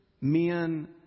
men